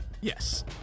Yes